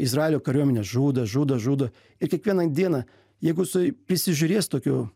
izraelio kariuomenė žudo žudo žudo ir kiekvieną dieną jeigu jisai prisižiūrės tokių